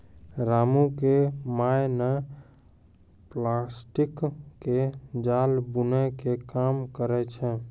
रामू के माय नॅ प्लास्टिक के जाल बूनै के काम करै छै